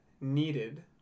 needed